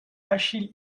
achille